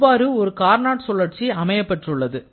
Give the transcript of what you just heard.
இவ்வாறு ஒரு கார்னாட் சுழற்சி அமையப்பெற்றுள்ளது